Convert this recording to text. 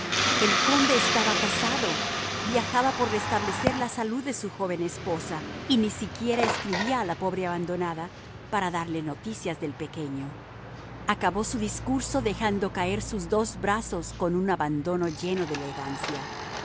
el conde estaba casado viajaba por restablecer la salud de su joven esposa y ni siquiera escribía a la pobre abandonada para darle noticias del pequeño acabó su discurso dejando caer sus dos brazos con un abandono lleno de elegancia